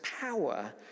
power